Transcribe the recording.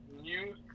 new